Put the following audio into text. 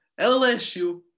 LSU